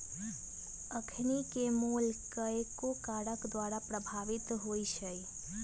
अखनिके मोल कयगो कारक द्वारा प्रभावित होइ छइ